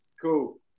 cool